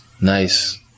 Nice